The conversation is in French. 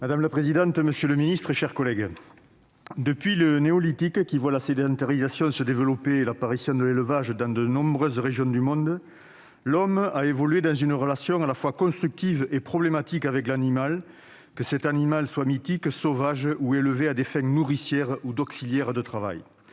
Madame la présidente, monsieur le ministre, mes chers collègues, depuis le néolithique, qui vit la sédentarisation se développer et l'élevage apparaître dans de nombreuses régions du monde, l'homme a évolué dans une relation à la fois constructive et problématique avec l'animal, que ce dernier soit mythique, sauvage ou élevé à des fins nourricières ou d'auxiliaire de travail.